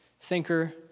thinker